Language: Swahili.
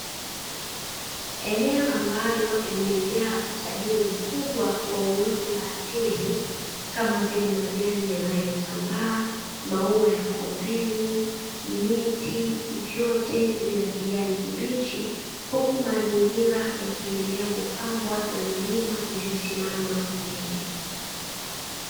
Eneo ambalo limejaa utajiri mkubwa wa uoto wa asili kama vile: majani yanayotambaa, maua ya kondeni, miti vyote vina kijani kibichi huku mazingira yakiendelea kupambwa na milima iliyosimama mbele.